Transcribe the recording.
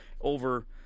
over